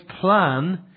plan